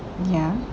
ya